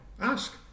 Ask